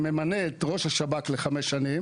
אני מתכוון לסעיף שממנה את ראש השב"כ לחמש שנים,